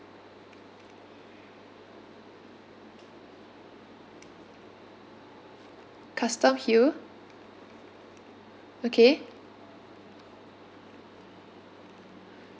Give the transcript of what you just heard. custom hill okay